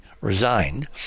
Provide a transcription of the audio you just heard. resigned